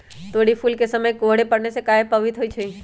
तोरी फुल के समय कोहर पड़ने से काहे पभवित होई छई?